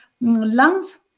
lungs